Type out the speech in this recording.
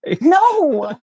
No